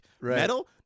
metal